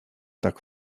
tak